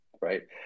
right